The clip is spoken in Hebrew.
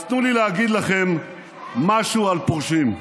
אז תנו לי להגיד לכם משהו על פורשים.